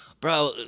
bro